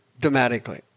dramatically